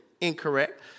incorrect